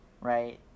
right